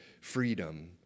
freedom